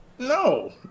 No